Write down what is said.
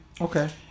Okay